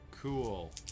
Cool